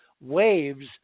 waves